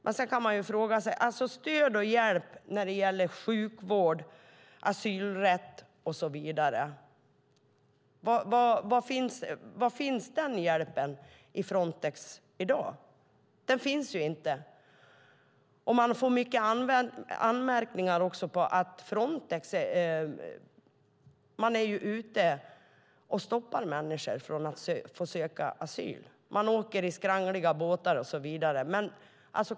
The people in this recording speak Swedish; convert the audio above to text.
Man kan fråga sig var stöd och hjälp när det gäller sjukvård, asylrätt och så vidare finns inom Frontex i dag. Det finns inte. Det finns också många anmärkningar på att Frontex är ute och stoppar människor från att söka asyl. Man åker i skrangliga båtar och så vidare.